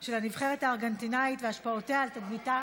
של הנבחרת הארגנטינאית והשפעותיו על תדמיתה